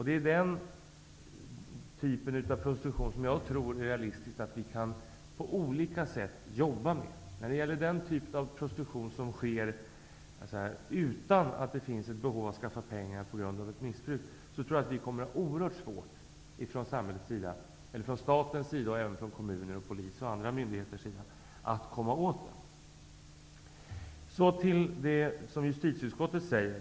Det är den typen av prostitution som jag tror det kan vara realistiskt att på olika sätt jobba med. Den typ av prostitution där behovet att skaffa pengar på grund av ett missbruk inte föreligger tror jag är oerhört svår att komma åt från samhällets, statens, polisens och andra myndigheters sida. Så vill jag komma till det som justitieutskottet säger.